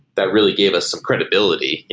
that really gave us some credibility.